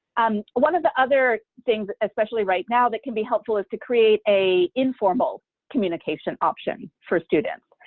um one of the other things, especially right now, that can be helpful is to create a informal communication option for students.